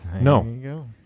No